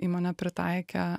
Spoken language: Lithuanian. įmonė pritaikė